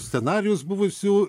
scenarijus buvusių